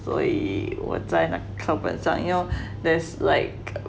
所以我在那课本上 you know there's like